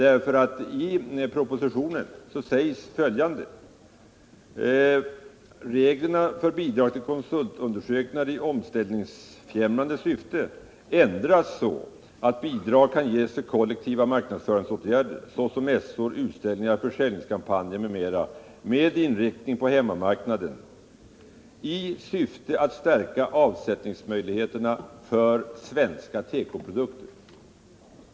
I propositionen sägs nämligen att reglerna för bidrag till konsultundersökningar i omställningsfrämjande syfte ändras så att bidrag kan ges till kollektiva marknadsföringsåtgärder såsom mässor, utställningar, försäljningskampanjer m.m. med inriktning på hemmamarknaden i syfte att stärka avsättningsmöjligheterna för svenska tekoprodukter.